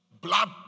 blood